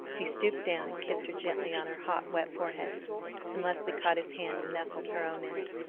he stooped down, and kissed her gently on her hot, wet forehead and leslie caught his hand and nestled her own in it.